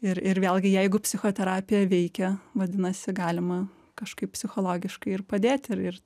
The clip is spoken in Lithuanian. ir ir vėlgi jeigu psichoterapija veikia vadinasi galima kažkaip psichologiškai ir padėti ir